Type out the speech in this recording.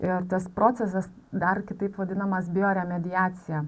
ir tas procesas dar kitaip vadinamas bioremediacija